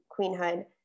queenhood